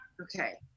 Okay